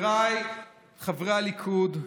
חבריי חברי הליכוד,